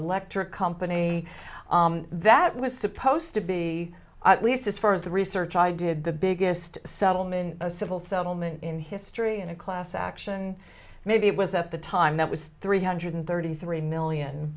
electric company that was supposed to be at least as far as the research i did the biggest settlement a civil settlement in history in a class action maybe it was at the time that was three hundred thirty three million